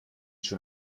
schon